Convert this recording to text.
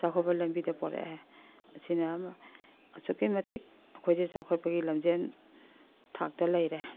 ꯆꯥꯎꯈꯠꯄ ꯂꯝꯕꯤꯗ ꯄꯣꯔꯛꯑꯦ ꯃꯁꯤꯅ ꯑꯁꯨꯛꯀꯤ ꯃꯇꯤꯛ ꯆꯥꯎꯈꯠꯄꯒꯤ ꯂꯝꯖꯦꯟ ꯊꯥꯛꯇ ꯂꯩꯔꯦ